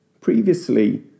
Previously